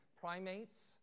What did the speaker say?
primates